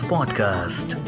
Podcast